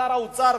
שר האוצר,